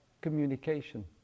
communication